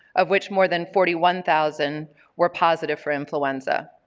of which more than forty one thousand were positive for influenza.